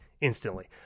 instantly